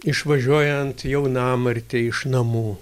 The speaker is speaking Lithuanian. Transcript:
išvažiuojant jaunamartei iš namų